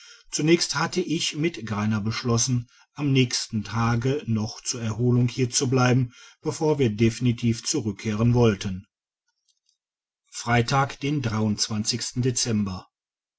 zunächst hatte ich mit greiner beschlossen am nächsten tage noch zur erholung hierzubleiben bevor wir definitiv zurückkehren wollten freitag den dezember